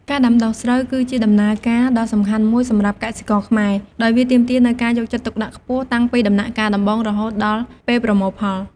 ការដាំដុះស្រូវគឺជាដំណើរការដ៏សំខាន់មួយសម្រាប់កសិករខ្មែរ ដោយវាទាមទារនូវការយកចិត្តទុកដាក់ខ្ពស់តាំងពីដំណាក់កាលដំបូងរហូតដល់ពេលប្រមូលផល។